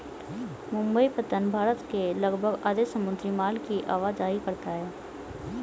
मुंबई पत्तन भारत के लगभग आधे समुद्री माल की आवाजाही करता है